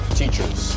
teachers